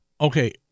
okay